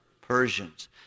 Persians